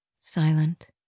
silent